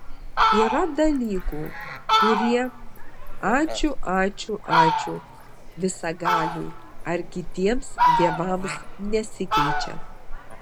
yra dalykų kurie ačiū ačiū ačiū visagaliui ar kitiems dievams nesikeičia